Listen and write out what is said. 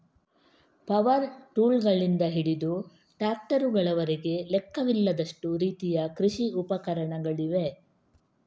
power ಟೂಲ್ಗಳಿಂದ ಹಿಡಿದು ಟ್ರಾಕ್ಟರುಗಳವರೆಗೆ ಲೆಕ್ಕವಿಲ್ಲದಷ್ಟು ರೀತಿಯ ಕೃಷಿ ಉಪಕರಣಗಳಿವೆ